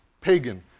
pagan